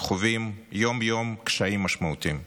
וחווים קשיים משמעותיים יום-יום.